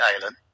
island